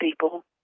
people